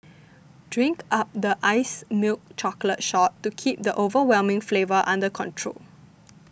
drink up the iced milk chocolate shot to keep the overwhelming flavour under control